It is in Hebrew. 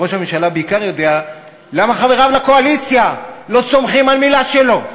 וראש הממשלה בעיקר יודע למה חבריו לקואליציה לא סומכים על מילה שלו.